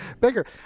bigger